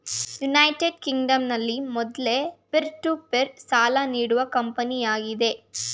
United ಕಿಂಗ್ಡಂನಲ್ಲಿ ಮೊದ್ಲ peer to peer ಸಾಲ ನೀಡುವ ಕಂಪನಿಯಾಗಿದೆ